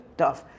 tough